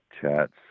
chats